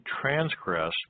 transgress